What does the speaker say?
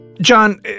John